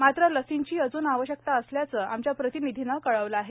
मात्र लसींची अजून आवश्यकता असल्याचे आमच्या प्रतिनिधीने कळवले आहेत